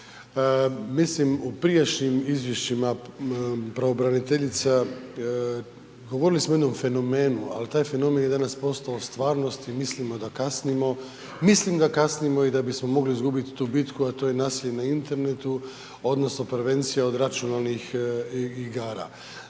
Mislim u prijašnjim izvješćima pravobraniteljica, govorili smo o jednom fenomenu, a taj fenomen je danas postao stvarnost i mislim da kasnimo i da bismo mogli izgubiti tu bitku, a to je nasilje na internetu odnosno prevencija od računalnih igara.